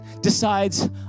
Decides